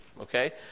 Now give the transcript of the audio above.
okay